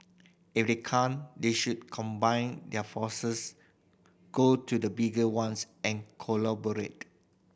if they can't they should combine their forces go to the bigger ones and collaborate